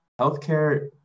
Healthcare